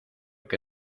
que